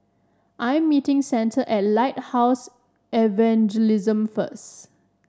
I'm meeting Santa at Lighthouse Evangelism first